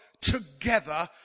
together